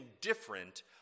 different